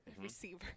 Receiver